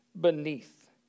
beneath